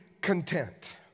content